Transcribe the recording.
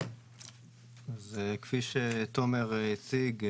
כפי שתומר הציג,